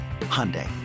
Hyundai